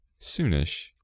Soonish